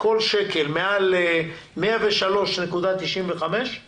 מעל 103.95%